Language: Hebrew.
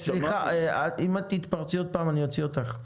סליחה, אם את תתפרצי שוב אני אוציא אותך.